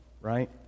right